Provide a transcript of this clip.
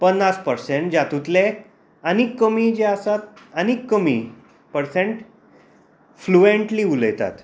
पन्नास पर्सेन्ट जे हातुंतले आनीक कमी जे आसा आनी कमी पर्सेन्ट फ्लुएंटली उलयतात